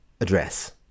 address